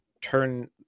turn